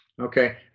okay